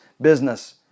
business